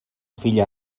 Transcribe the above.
fill